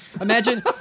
imagine